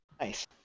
Nice